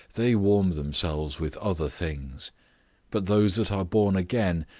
they warm themselves with other things but those that are born again,